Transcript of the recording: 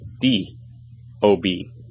d-o-b